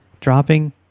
dropping